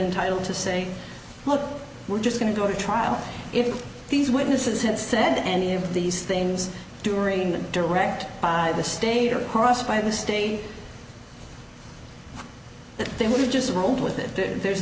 entitle to say look we're just going to go to trial if these witnesses had said any of these things during the direct by the state or across by the stating that they were just rolled with it there's